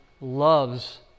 loves